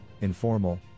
informal